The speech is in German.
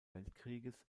weltkrieges